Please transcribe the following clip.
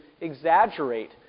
exaggerate